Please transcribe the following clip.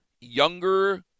younger